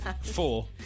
Four